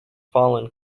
fallen